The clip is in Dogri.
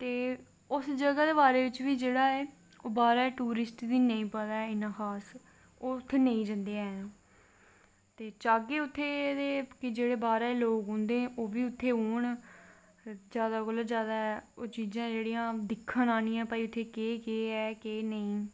ते उस जगाह् दे बारे च बी बाह्र दे टूरिस्ट गी नेईं पता ऐ इन्ना खास ओह् उत्थें नेईं जंदे हैन ते जाह्गे उत्थें ते बाह्रा दे लोग जेह्ड़े ओह् बी औगे उत्थें जादा कोला दा जादा ओह् चीजां दिक्खन उत्थें केह् केह् ऐ केह् नेईं